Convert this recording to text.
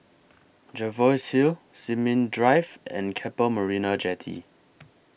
Jervois Hill Sin Ming Drive and Keppel Marina Jetty